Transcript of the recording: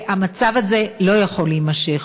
והמצב הזה לא יכול להימשך.